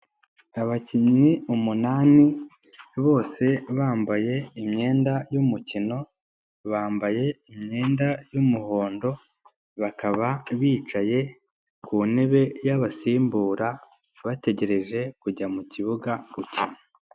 Abakinnyi umunani bose bambaye imyenda y'umukino, bambaye imyenda y'umuhondo, bakaba bicaye ku ntebe y'abasimbura, bategereje kujya mu kibuga, gukina.